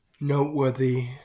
noteworthy